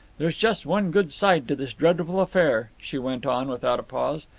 there's just one good side to this dreadful affair, she went on without a pause,